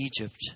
Egypt